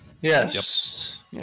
yes